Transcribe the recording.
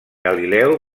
galileu